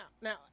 now